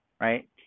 right